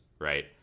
right